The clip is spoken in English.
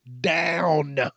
down